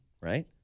right